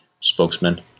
spokesman